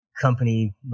company